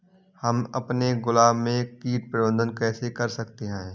हम अपने गुलाब में कीट प्रबंधन कैसे कर सकते है?